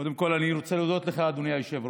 קודם כול אני רוצה להודות לך, אדוני היושב-ראש,